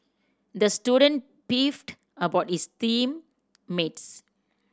the student beefed about his team mates